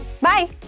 Bye